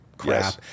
crap